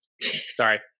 Sorry